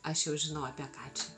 aš jau žinau apie ką čia